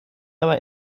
aber